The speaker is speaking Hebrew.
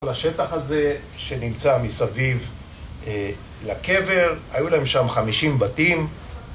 השטח הזה שנמצא מסביב לקבר, היו להם שם 50 בתים